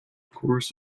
course